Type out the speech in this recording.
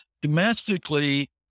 Domestically